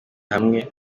hamwe